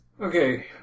okay